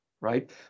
right